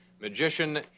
magician